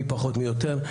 מי פחות מי יותר,